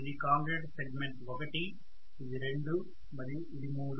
ఇది commutator segment 1 ఇది 2 మరియు ఇది 3